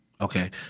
Okay